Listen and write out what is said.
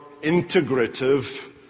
integrative